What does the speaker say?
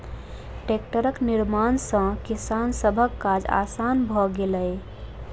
टेक्टरक निर्माण सॅ किसान सभक काज आसान भ गेलै